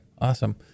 awesome